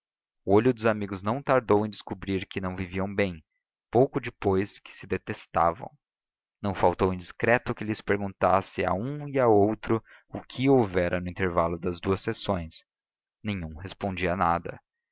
olho dos amigos não tardou em descobrir que não viviam bem pouco depois que se detestavam não faltou indiscreto que lhes perguntasse a um e a outro o que houvera no intervalo das duas sessões nenhum respondia nada